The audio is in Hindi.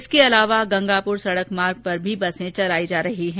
इसके अलावा गंगापुर सड़क मार्ग पर भी बसें चलाई जा रही हैं